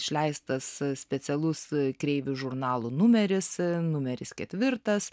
išleistas specialus kreivių žurnalo numeris numeris ketvirtas